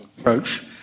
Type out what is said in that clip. approach